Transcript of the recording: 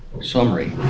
summary